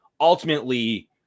ultimately –